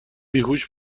بیهوش